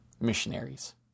missionaries